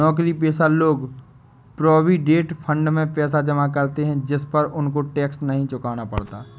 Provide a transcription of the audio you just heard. नौकरीपेशा लोग provident fund में पैसा जमा करते है जिस पर उनको टैक्स नहीं चुकाना पड़ता